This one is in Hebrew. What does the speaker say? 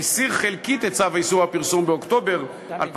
הסיר חלקית את צו איסור הפרסום באוקטובר 2003,